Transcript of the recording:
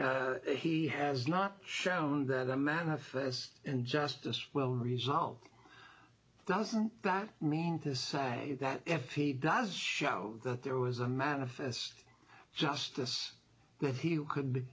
he has not shown that a manifest injustice will result doesn't that mean to say that if he does show that there was a manifest justice if you could